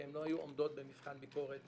שהן לא היו עומדות במבחן ביקורת